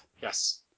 Yes